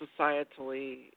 societally